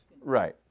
Right